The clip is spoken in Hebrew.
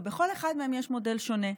ובכל אחד מהם יש מודל שונה: